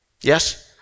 Yes